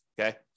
Okay